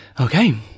okay